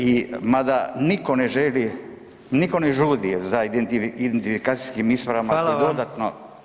I mada nitko ne želi, nitko ne žudi za identifikacijskim ispravama [[Upadica: Hvala vam.]] dodatno…